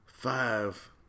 Five